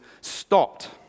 stopped